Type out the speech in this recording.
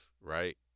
right